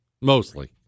mostly